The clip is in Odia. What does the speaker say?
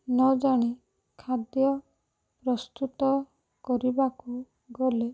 ନଜାଣି ଖାଦ୍ୟ ପ୍ରସ୍ତୁତ କରିବାକୁ ଗଲେ